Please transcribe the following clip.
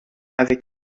avec